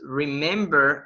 remember